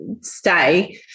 stay